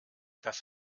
das